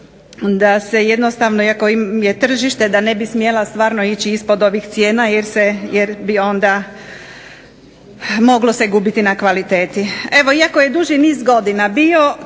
da se jednostavno iako je tržište, da ne bi smjela stvarno ići ispod ovih cijena jer bi onda moglo se gubiti na kvaliteti. Iako je duži niz godina bio